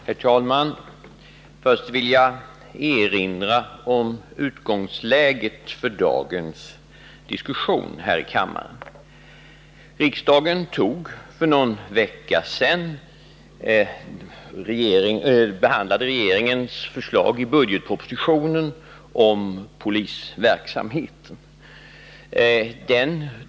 Herr talman! Först vill jag erinra om utgångsläget för dagens diskussion här i kammaren. Riksdagen behandlade för någon vecka sedan regeringens förslag i budgetpropositionen om polisverksamheten.